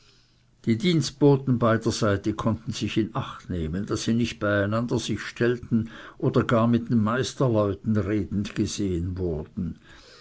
die dienstboten beiderseitig konnten sich in acht nehmen daß sie nicht bei einander sich stellten oder gar mit den meisterleuten redend gesehen wurden